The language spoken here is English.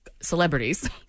Celebrities